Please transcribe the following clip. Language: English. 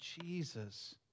Jesus